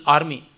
Army